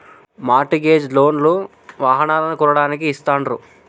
mart gauge loan లు వాహనాలను కొనడానికి ఇస్తాండ్రు